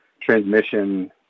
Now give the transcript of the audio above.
transmission